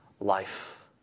life